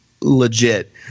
legit